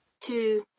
two